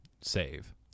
save